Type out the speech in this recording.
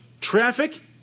traffic